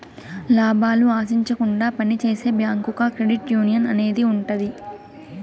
లాభాలు ఆశించకుండా పని చేసే బ్యాంకుగా క్రెడిట్ యునియన్ అనేది ఉంటది